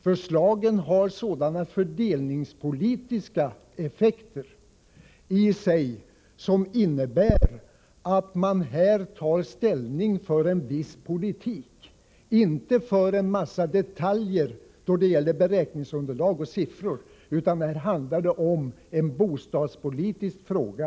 Förslagen har sådana fördelningspolitiska effekter i sig som innebär att man här tar ställning för en viss politik — inte för en mängd detaljer då det gäller beräkningsunderlag och siffror. Det här är en bostadspolitisk fråga.